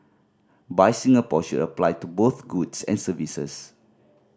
buy Singapore should apply to both goods and services